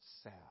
sad